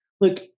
look